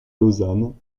lausanne